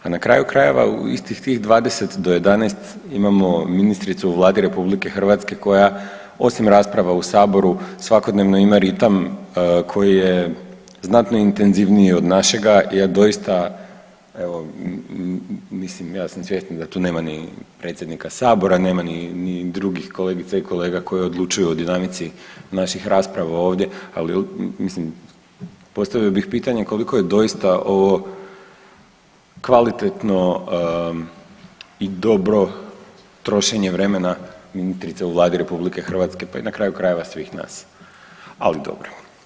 A na kraju krajeva u istih tih 20 do 11 imamo ministricu u Vladi RH koja osim raspravi u saboru svakodnevno ima ritam koji je znatno intenzivniji od našega i ja doista evo mislim ja sam svjestan da tu nema ni predsjednika sabora, nema ni drugih kolegica i kolega koji odlučuju o dinamici naših rasprava ovdje, ali mislim postavio bih pitanje koliko je doista ovo kvalitetno i dobro trošenje vremena ministrice u Vladi RH, pa i na kraju krajeve svih nas, ali dobro.